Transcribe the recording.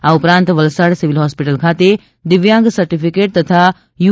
આ ઉપરાંત Valsad civil hospital ખાતે દિવ્યાંગ સર્ટિફિકેટ તથા યુ